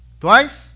Twice